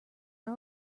are